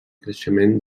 creixement